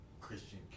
Christian